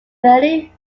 thirty